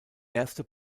erste